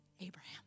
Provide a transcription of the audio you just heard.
Abraham